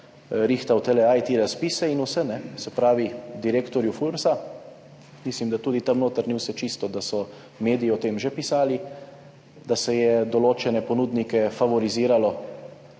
rihtal te IT razpise in vse, se pravi, direktorju Fursa, mislim, da tudi tam notri ni vse čisto, da so mediji o tem že pisali, da se je favoriziralo